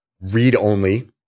read-only